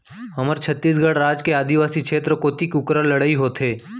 हमर छत्तीसगढ़ राज के आदिवासी छेत्र कोती कुकरा लड़ई होथे